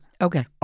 Okay